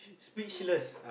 speechless